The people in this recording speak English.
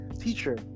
teacher